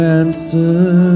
answer